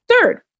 Third